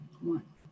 One